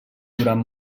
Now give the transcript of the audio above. durant